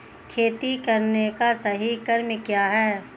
खेती करने का सही क्रम क्या है?